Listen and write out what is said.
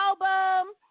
album